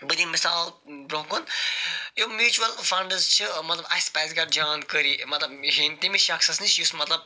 بہٕ دِمہٕ مِثال برٛۄنٛہہ کُن یِم میوٗچول فنٛڈٕس چھِ مطلب اَسہِ پَزِ جان کٲری مطلب ہیٚنۍ تٔمِس شخصس نِش یُس مطلب